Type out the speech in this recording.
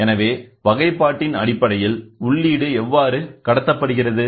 எனவே வகைப்பாட்டின் அடிப்படையில் உள்ளீடு எவ்வாறு கடத்தப்படுகிறது